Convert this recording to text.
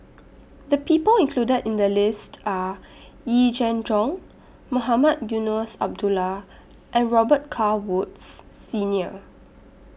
The People included in The list Are Yee Jenn Jong Mohamed Eunos Abdullah and Robet Carr Woods Senior